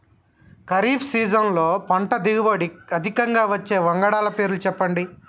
ఖరీఫ్ సీజన్లో పంటల దిగుబడి అధికంగా వచ్చే వంగడాల పేర్లు చెప్పండి?